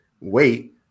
Wait